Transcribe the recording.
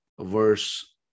verse